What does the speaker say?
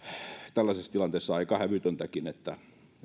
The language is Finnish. tällaisessa tilanteessa aika hävytöntäkin että